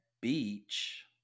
beach